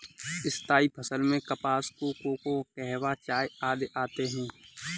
स्थायी फसल में कपास, कोको, कहवा, चाय आदि आते हैं